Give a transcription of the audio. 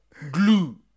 Glue